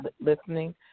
listening